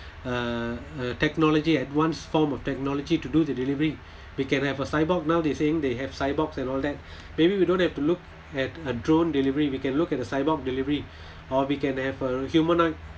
uh uh technology advanced form of technology to do the delivery we can have a cyborg now saying they have cyborgs and all that maybe we don't have to look at a drone delivery we can look at the cyborg delivery or we can have a humanoid